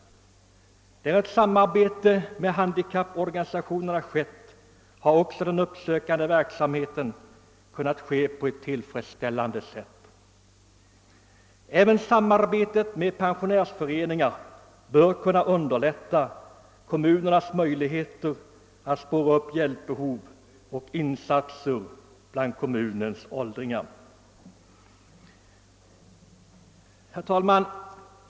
Där ett samarbete med handikapporganisationerna förekommit har också den uppsökande verksamheten kunnat bedrivas på ett tillfredsställande sätt. även samarbete med pensionärsföreningar bör kunna underlätta kommunernas möjligheter att spåra upp behov av hjälp och insatser bland kommunens åldringar.